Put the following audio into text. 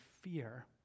fear